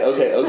Okay